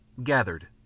gathered